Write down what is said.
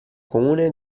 comune